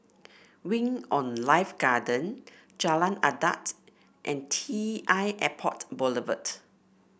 Wing On Life Garden Jalan Adat and T l Airport Boulevard